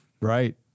Right